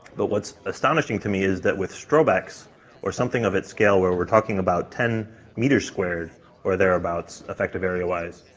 but what's astonishing to me is that with strobe-x ah or something of its scale, where we're talking about ten meters squared or thereabouts effective area wise,